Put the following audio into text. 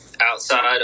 outside